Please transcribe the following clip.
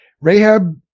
Rahab